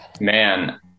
man